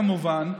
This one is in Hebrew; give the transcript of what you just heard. כמובן,